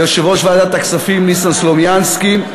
ליושב-ראש ועדת הכספים ניסן סלומינסקי,